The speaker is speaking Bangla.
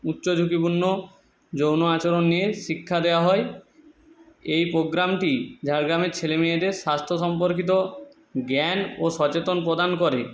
উচ্চ ঝুঁকিপূর্ণ যৌন আচরণ নিয়ে শিক্ষা দেওয়া হয় এই পোগ্রামটি ঝাড়গ্রামের ছেলে মেয়েদের স্বাস্থ্য সম্পর্কিত জ্ঞান ও সচেতনতা প্রদান করে